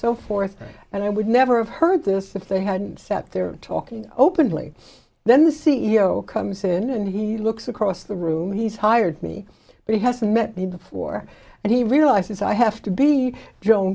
so forth and i would never have heard this if they hadn't sat there talking openly then the c e o comes in and he looks across the room he's hired me but he hasn't met me before and he realizes i have to be